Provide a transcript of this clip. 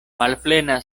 malplena